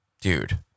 Dude